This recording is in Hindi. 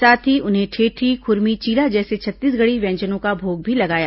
साथ ही उन्हें ठेठरी खुरमी चीला जैसे छत्तीसगढ़ी व्यंजनों का भोग भी लगाया